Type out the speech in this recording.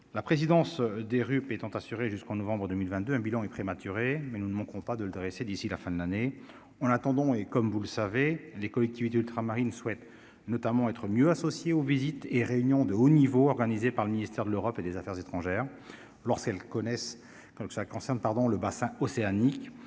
la présidence des RUP étant assurée jusqu'en novembre 2022 un bilan est prématurée, mais nous ne manquons pas de le dresser d'ici la fin de l'année on attendons et comme vous le savez les collectivités ultramarines souhaite notamment être mieux associés aux visites et réunions de haut niveau, organisé par le ministère de l'Europe et des Affaires étrangères lorsqu'elles connaissent donc ça concerne